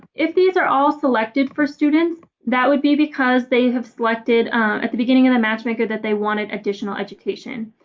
if these are all selected for students, that would be because they have selected at the beginning of the matchmaker that they wanted additional education.